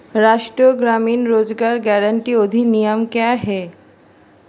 राष्ट्रीय ग्रामीण रोज़गार गारंटी अधिनियम क्या है?